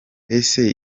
ese